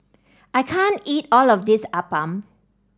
I can't eat all of this Appam